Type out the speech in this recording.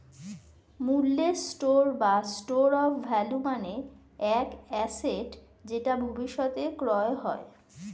মূল্যের স্টোর বা store of value মানে এক অ্যাসেট যেটা ভবিষ্যতে ক্রয় হয়